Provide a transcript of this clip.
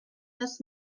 this